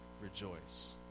rejoice